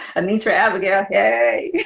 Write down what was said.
anitra abigail hey